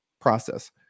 process